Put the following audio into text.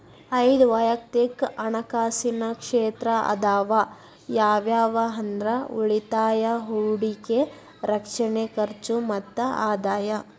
ಐದ್ ವಯಕ್ತಿಕ್ ಹಣಕಾಸಿನ ಕ್ಷೇತ್ರ ಅದಾವ ಯಾವ್ಯಾವ ಅಂದ್ರ ಉಳಿತಾಯ ಹೂಡಿಕೆ ರಕ್ಷಣೆ ಖರ್ಚು ಮತ್ತ ಆದಾಯ